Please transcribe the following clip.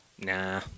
Nah